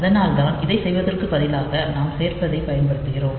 அதனால்தான் இதைச் செய்வதற்குப் பதிலாக நாம் சேர்ப்பதைப் பயன்படுத்துகிறோம்